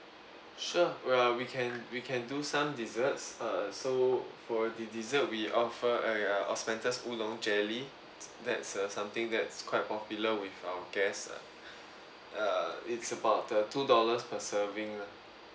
sure we uh we can we can do some desserts err so for the dessert we offer a osmanthus oolong jelly that's uh something that's quite popular with our guests ah err it's about the two dollars per serving lah